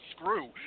screw